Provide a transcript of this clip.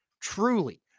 truly